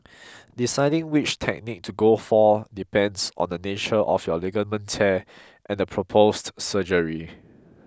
deciding which technique to go for depends on the nature of your ligament tear and the proposed surgery